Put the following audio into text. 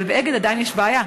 אבל ב"אגד" עדיין יש בעיה.